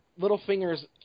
Littlefinger's